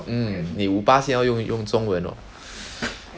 mm 你五巴先要用中文 hor